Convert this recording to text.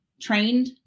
trained